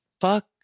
fuck